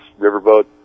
riverboat